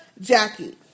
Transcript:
Jackie